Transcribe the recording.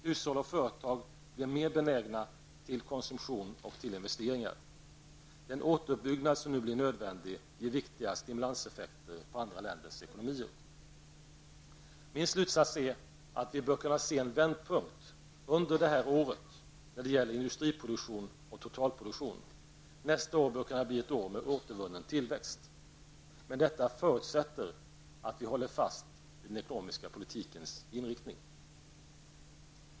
Hushåll och företag blir mer benägna till konsumtion och till investeringar. Den återuppbyggnad som nu blir nödvändig ger viktiga stimulanseffekter på andra länders ekonomier. Min slutsats är att vi bör kunna se en vändpunkt under det här året när det gäller industriproduktion och totalproduktion. Nästa år bör kunna bli ett år med återvunnen tillväxt. Men detta förutsätter att vi håller fast vid den ekonomiska politikens inriktning.